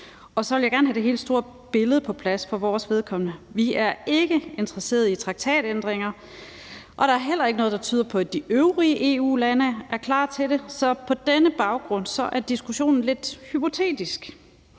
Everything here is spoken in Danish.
Og så vil jeg gerne have det helt store billede på plads for vores vedkommende. Vi er ikke interesserede i traktatændringer, og der er heller ikke noget, der tyder på, at de øvrige EU-lande er klar til det. Så på denne baggrund er diskussionen lidt hypotetisk.